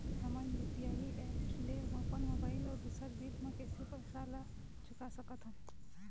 हमन UPI app ले अपन मोबाइल अऊ दूसर बिल मन के पैसा ला चुका सकथन